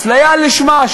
אפליה לשמה,